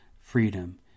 freedom